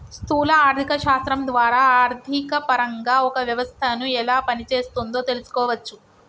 స్థూల ఆర్థిక శాస్త్రం ద్వారా ఆర్థికపరంగా ఒక వ్యవస్థను ఎలా పనిచేస్తోందో తెలుసుకోవచ్చు